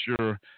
sure –